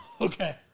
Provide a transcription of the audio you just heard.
Okay